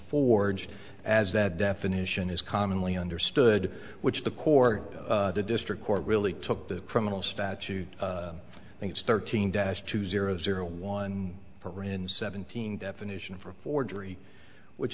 forged as that definition is commonly understood which the court the district court really took the criminal statute it's thirteen dash two zero zero one parin seventeen definition for forgery which